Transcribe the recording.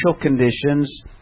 conditions